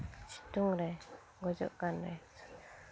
ᱥᱤᱛᱩᱝ ᱨᱮ ᱜᱚᱡᱚᱜ ᱠᱟᱱᱨᱮ